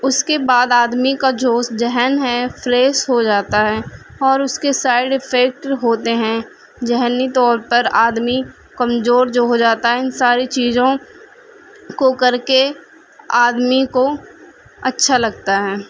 اس کے بعد آدمی کا جوش ذہن ہے فریس ہو جاتا ہے اور اس کے سائیڈ افیکٹر ہوتے ہیں ذہنی طور پر آدمی کمزور جو ہو جاتا ہے ان ساری چیزوں کو کر کے آدمی کو اچھا لگتا ہے